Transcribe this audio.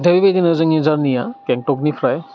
दा बेबादिनो जोंनि जारनिया गेंगटकनिफ्राय